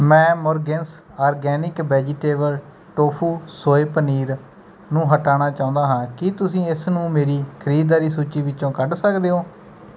ਮੈਂ ਮੁਰਗਿਨਸ organic vegetable tofu soy ਪਨੀਰ ਨੂੰ ਹਟਾਣਾ ਚਾਹੁੰਦਾ ਹਾਂ ਕੀ ਤੁਸੀਂ ਇਸਨੂੰ ਮੇਰੀ ਖਰੀਦਦਾਰੀ ਸੂਚੀ ਵਿੱਚੋਂ ਕੱਢ ਸਕਦੇ ਹੋ